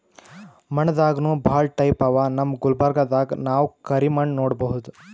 ಮಣ್ಣ್ ದಾಗನೂ ಭಾಳ್ ಟೈಪ್ ಅವಾ ನಮ್ ಗುಲ್ಬರ್ಗಾದಾಗ್ ನಾವ್ ಕರಿ ಮಣ್ಣ್ ನೋಡಬಹುದ್